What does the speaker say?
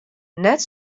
net